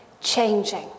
changing